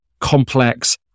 complex